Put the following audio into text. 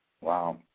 Wow